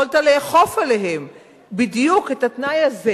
יכולת לאכוף עליהם בדיוק את התנאי הזה